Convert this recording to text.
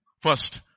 first